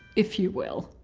if you will.